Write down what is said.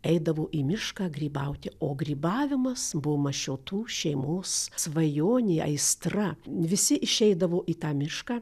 eidavo į mišką grybauti o grybavimas buvo mašiotų šeimos svajonė aistra visi išeidavo į tą mišką